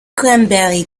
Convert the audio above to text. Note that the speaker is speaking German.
cranberry